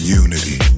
unity